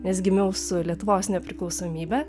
nes gimiau su lietuvos nepriklausomybe